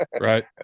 Right